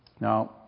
Now